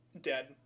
dead